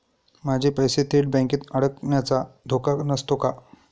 माझे पैसे थेट बँकेत अडकण्याचा धोका नसतो का?